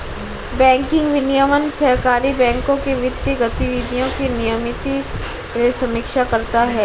banking विनियमन सहकारी बैंकों के वित्तीय गतिविधियों की नियमित समीक्षा करता है